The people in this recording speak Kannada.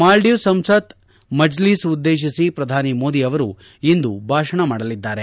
ಮಾಲ್ವೀವ್ಸ್ ಸಂಸತ್ ಮಜ್ಲಸ್ ಉದ್ದೇಶಿಸಿ ಪ್ರಧಾನಿ ಮೋದಿ ಅವರು ಇಂದು ಭಾಷಣ ಮಾಡಲಿದ್ದಾರೆ